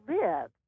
live